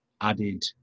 added